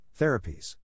therapies